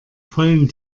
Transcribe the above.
vollen